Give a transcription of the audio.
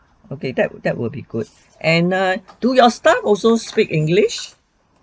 okay that that will be good and err do your staff also speak english